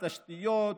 תשתיות,